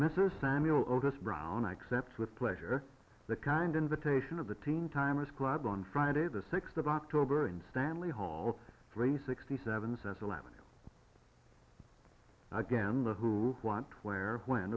mrs samuel august brown accepts with pleasure the kind invitation of the teen timers club on friday the sixth of october in stanley hall grey sixty seven says eleven again the who want to wear when